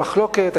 יש מחלוקת,